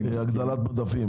אנחנו רוצים הגדלת מדפים.